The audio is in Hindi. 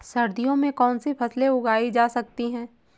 सर्दियों में कौनसी फसलें उगाई जा सकती हैं?